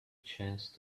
chance